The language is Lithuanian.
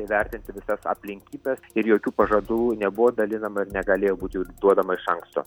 įvertinti visas aplinkybes ir jokių pažadų nebuvo dalinama ir negalėjo būti jų ir duodama iš anksto